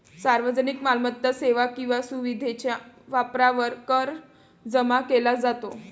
सार्वजनिक मालमत्ता, सेवा किंवा सुविधेच्या वापरावर कर जमा केला जातो